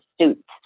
suits